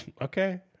Okay